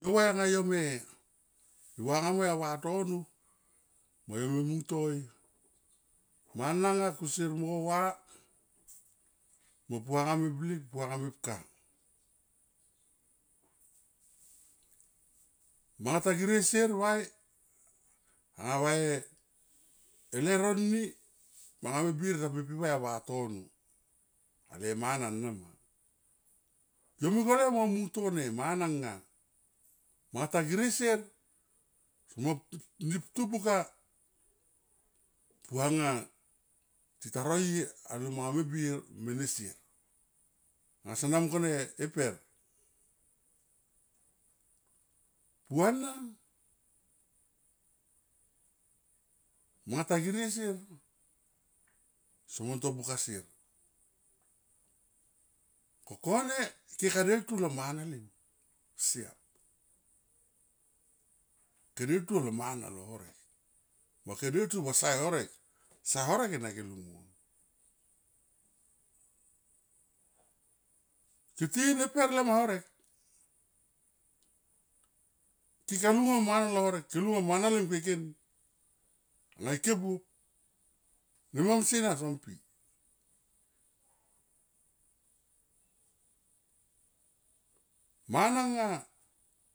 Va anga yo me va anga moi a vatono mo yo me muntoi mana nga kusier mo va, mo puanga mo blik mo puanga mepka. Meta girie sier vai anga va e leuro ni manga me bir ta pipi vai a vatono ale mana nama, yo me gole mo nounto mana nga mata girie sier somo niptu buka puanga tita roie ano manga me bir mene sier. Anga sona mung kone e per. Puana mata girie sier somon to buka sieri ko kone keka deltu lo mana lem siam ke deltu lo mana lo herek mo ke deltu va sae horek, sae horek ena ke lung mon, ke tin e per tema horek, keka lu lo mana lo horek ke lu lo mana lo lem kekeni anga ike buop ne mamasie na som pi mana nga.